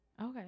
Okay